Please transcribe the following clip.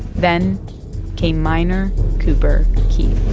then came minor cooper keith